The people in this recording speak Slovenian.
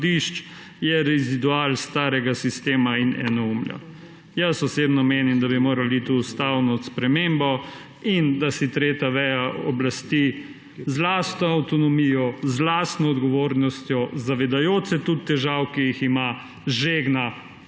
je residual starega sistema in enoumja. Jaz osebno menim, da bi morali iti v ustavno spremembo in da si tretja veja oblasti z lastno avtonomijo, z lastno odgovornostjo, zavedajoč se tudi težav, ki jih ima, žegna